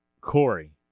Corey